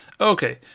okay